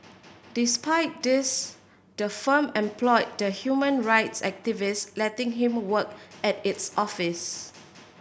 despite this the firm employed the human rights activist letting him work at its office